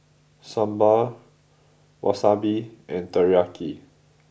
Sambar Wasabi and Teriyaki